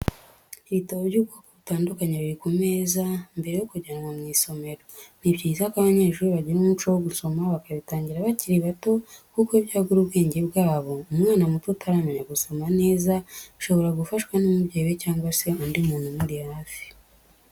Ibitabo by'ubwoko butandukanye biri ku meza mbere yo kujyanwa mu isomero, ni byiza ko abanyeshuri bagira umuco wo gusoma bakabitangira bakiri bato kuko byagura ubwenge bwabo, umwana muto utaramenya gusoma neza ashobora gufashwa n'umubyeyi cyangwa se undi muntu umuri hafi.